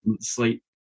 slight